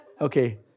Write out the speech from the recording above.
Okay